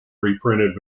reprinted